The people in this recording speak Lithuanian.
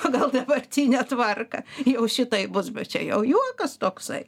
pagal dabartinę tvarką jau šitaip bus bet čia jau juokas toksai